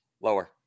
Lower